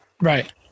Right